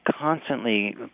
constantly